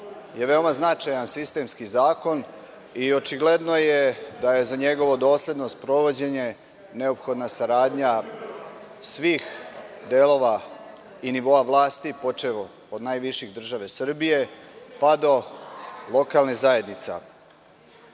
je veoma značajan sistemski zakon i očigledno je da je za njegovo dosledno sprovođenje neophodna saradnja svih delova i nivoa vlasti, počev od najviših – države Srbije, pa do lokalnih zajednica. Cilj